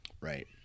right